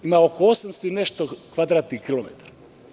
Ima oko 800 i nešto kvadratnih kilometara.